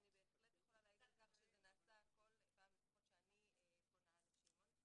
אני בהחלט יכולה להעיד על כך שזה נעשה כל פעם לפחות כשאני פונה לשמעון,